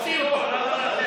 תוציאו אותו.